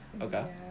okay